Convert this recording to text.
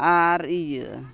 ᱟᱨ ᱤᱭᱟᱹ